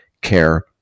care